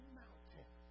mountain